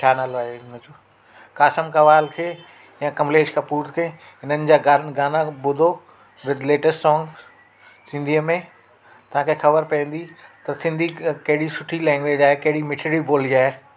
छा नालो आहे हिनजो क़ासम क़वाल खे या कमलेश कपूर खे हिननि जा गाननि गाना ॿुधो विद लेटैस्ट सोन्ग सिंधीअ में तव्हांखे ख़बर पवंदी त सिंधी कहिड़ी सुठी लैंग्वेज आहे कहिड़ी मिठास कहिड़ी ॿोली आहे